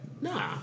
Nah